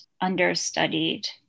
understudied